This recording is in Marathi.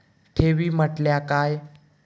ठेवी म्हटल्या काय?